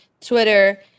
Twitter